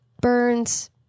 burns